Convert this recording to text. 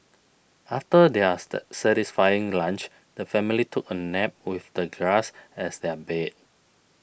after they are sat satisfying lunch the family took a nap with the grass as their bed